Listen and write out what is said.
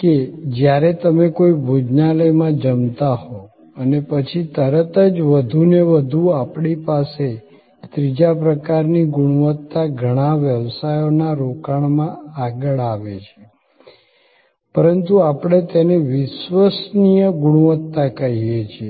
કે જ્યારે તમે કોઈ ભોજનાલયમાં જમતા હોવ અને પછી તરત જ વધુને વધુ આપણી પાસે ત્રીજા પ્રકારની ગુણવત્તા ઘણા વ્યવસાયોના રોકાણમાં આગળ આવે છે પરંતુ આપણે તેને વિશ્વસનીય ગુણવત્તા કહીએ છીએ